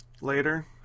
later